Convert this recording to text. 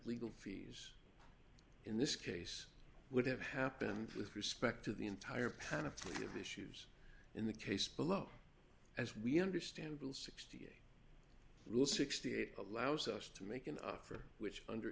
legal fees in this case would have happened with respect to the entire panel of issues in the case below as we understand bill sixty rule sixty eight dollars allows us to make an offer which under